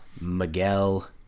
miguel